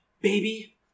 baby